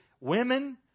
Women